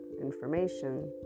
information